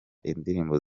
indirimbo